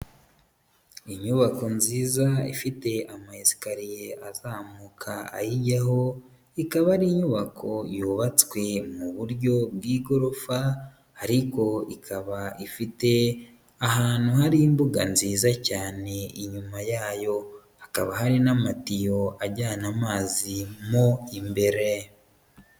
Inyubako nziza ifite amayesikaye azamuka ayijyaho, ikaba ari inyubako yubatswe mu buryo bw'igorofa, ariko ikaba ifite ahantu hari imbuga nziza cyane inyuma yayo, hakaba hari n'amatiyo ajyana amazi mo imbere.